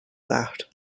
that